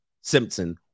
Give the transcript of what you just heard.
Simpson